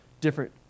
different